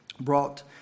brought